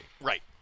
Right